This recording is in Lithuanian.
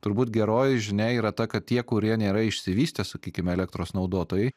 turbūt geroji žinia yra ta kad tie kurie nėra išsivystę sakykim elektros naudotojai